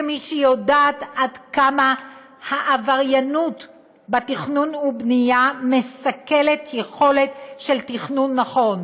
כמי שיודעת עד כמה העבריינות בתכנון ובנייה מסכלת יכולת של תכנון נכון.